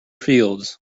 fields